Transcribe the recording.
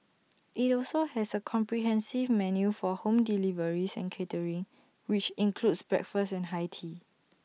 IT also has A comprehensive menu for home deliveries and catering which includes breakfast and high tea